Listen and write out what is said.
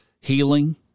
healing